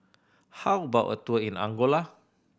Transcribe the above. how about a tour in Angola